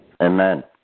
Amen